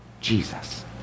Jesus